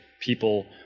people